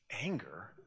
Anger